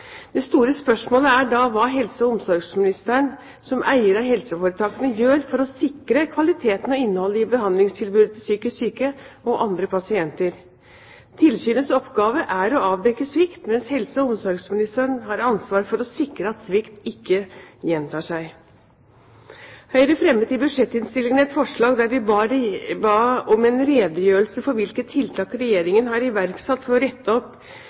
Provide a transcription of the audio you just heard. Det store spørsmålet er da hva helse- og omsorgsministeren som eier av helseforetakene gjør for å sikre kvaliteten og innholdet i behandlingstilbudet til psykisk syke og andre pasienter. Tilsynets oppgave er å avdekke svikt, mens helse- og omsorgsministeren har ansvar for å sikre at svikt ikke gjentar seg. Høyre fremmet i budsjettinnstillingen et forslag der vi ba om en redegjørelse for hvilke tiltak Regjeringen har iverksatt for å rette opp